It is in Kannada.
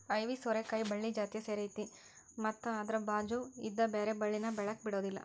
ಐವಿ ಸೋರೆಕಾಯಿ ಬಳ್ಳಿ ಜಾತಿಯ ಸೇರೈತಿ ಮತ್ತ ಅದ್ರ ಬಾಚು ಇದ್ದ ಬ್ಯಾರೆ ಬಳ್ಳಿನ ಬೆಳ್ಯಾಕ ಬಿಡುದಿಲ್ಲಾ